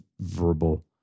verbal